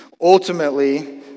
ultimately